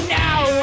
now